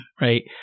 right